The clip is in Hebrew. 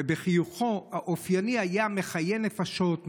ובחיוכו האופייני היה מחיה נפשות,